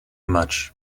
much